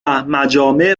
مجامع